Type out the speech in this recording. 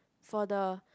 for the